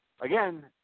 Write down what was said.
Again